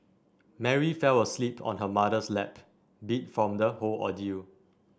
Mary fell asleep on her mother's lap beat from the whole ordeal